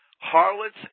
Harlots